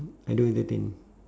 I don't entertain